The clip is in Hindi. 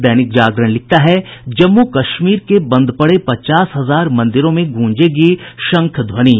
दैनिक जागरण लिखता है जम्मू कश्मीर के बंद पडे पचास हजार मंदिरों में गूंजेगी शंख ध्वनि